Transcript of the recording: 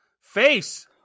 Face